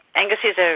angus is ah